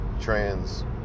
trans